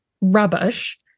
rubbish